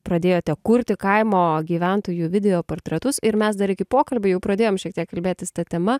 pradėjote kurti kaimo gyventojų video portretus ir mes dar iki pokalbių jau pradėjom šiek tiek kalbėtis ta tema